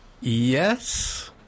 Yes